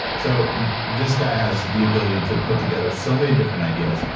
so this guy has the ability to put together so many different ideas.